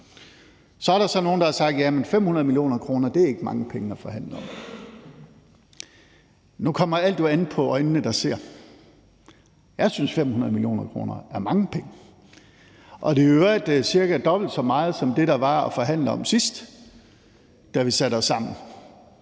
Så er der nogle, der har sagt, at 500 mio. kr. ikke er mange penge at forhandle om. Nu kommer alt jo an på øjnene, der ser. Jeg synes, at 500 mio. kr. er mange penge, og det er i øvrigt cirka dobbelt så meget som det, der var at forhandle om sidst, da vi satte os sammen,